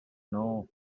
know